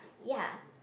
ya